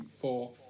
four